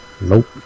Nope